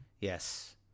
Yes